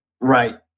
Right